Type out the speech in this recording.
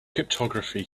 cryptography